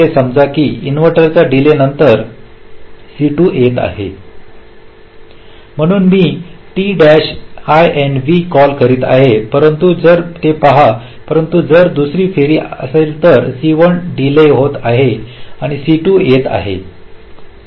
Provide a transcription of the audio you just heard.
समजा की इन्व्हर्टरच्या डीले नंतर C2 येत आहे म्हणून मी t inv कॉल करीत आहे परंतु जर ते पहा परंतु जर ती दुसरी फेरी असेल तर C1 डीले होत आहे तर C2 येत आहे